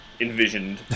envisioned